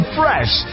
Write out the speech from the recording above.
fresh